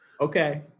Okay